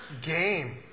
game